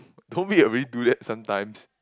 don't we already do that sometimes